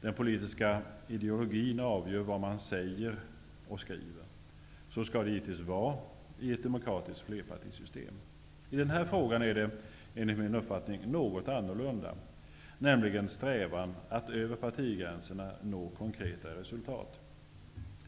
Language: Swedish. Den politiska ideologin avgör vad man säger och skriver. Så skall det givetvis vara i ett demokratiskt flerpartisystem. Enligt min uppfattning förhåller det sig något annorlunda i den här frågan. Här finns det nämligen en strävan att över partigränserna nå konkreta resultat.